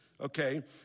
okay